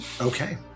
Okay